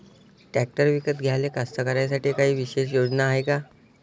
Tractor विकत घ्याले कास्तकाराइसाठी कायी विशेष योजना हाय का?